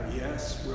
yes